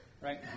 right